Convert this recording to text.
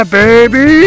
baby